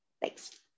Thanks